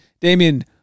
Damien